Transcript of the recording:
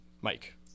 Mike